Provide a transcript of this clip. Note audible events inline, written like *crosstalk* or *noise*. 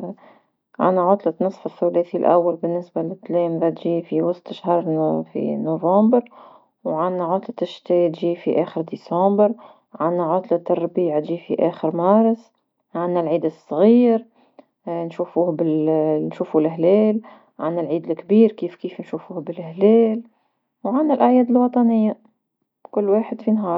*hesitation* عندنا عطلة نصف ثلاثي الأول بالنسبة لتلامذة تجي في وسط شهر في نوفمبر، و عندنا عطلة شتاء تجي في اخر ديسمبر عندنا عطلة الربيع تجي في اخر مارس، عندنا العيد صغير نشفوه *hesitation* نشفو لهلال عندنا لعيد لكبير كيف كيف نشفوه بلهلال، وعندنا الأعياد الوطنية كل واحد في نهارو.